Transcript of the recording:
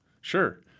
sure